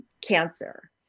cancer